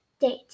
Date